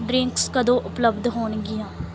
drinks ਕਦੋਂ ਉਪਲੱਬਧ ਹੋਣਗੀਆਂ